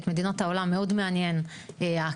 את מדינות העולם מאוד מעניין האקלים,